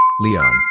Leon